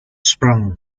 sprung